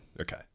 Okay